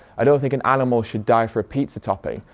i don't think an animal should die for a pizza topping'.